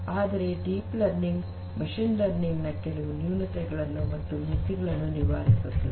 ಆದರೆ deep learning machine learning ನ ಕೆಲವು ನ್ಯೂನತೆಗಳು ಮತ್ತು ಮಿತಿಗಳನ್ನು ನಿವಾರಿಸುತ್ತದೆ